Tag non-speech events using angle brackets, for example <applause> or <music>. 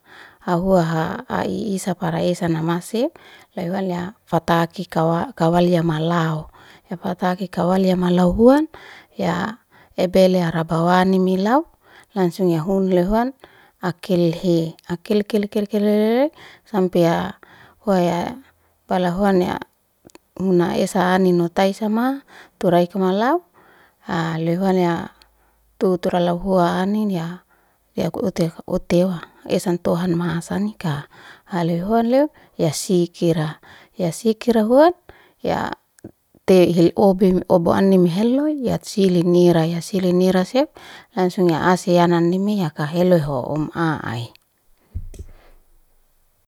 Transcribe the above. <hesitation> huaha'a i- isa fara hesan nama sef, loy huan ya fatak kikawa kawal yama lau, ya fata kika kawal yama lau huan ya ebele ara bawanimi lau langsung ya hunle huan akilhe, alik kel kel kel lele sampe ya hua ya bala huan ya muna esa anino taisama tura iko malau <hesitation> loy huan ya tu turala huan anin ya ute ute hua esa tohan masanika haloy huan loy ya sikkira, ya sikira huan ya toihi obe obeanim heloy yak sili meraya ya sili mera sef langsung ya asyananime yaka heloyho um'a ai.